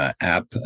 app